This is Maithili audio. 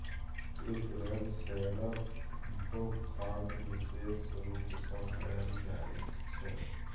प्रिफरेंस शेयरक भोकतान बिशेष रुप सँ कयल जाइत छै